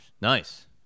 Nice